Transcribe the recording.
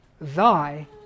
thy